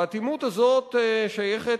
והאטימות הזאת שייכת,